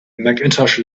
macintosh